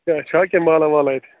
چھا کیٚنہہ مالا والا اَتہِ